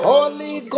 Holy